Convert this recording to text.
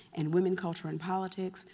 and women, culture, and politics,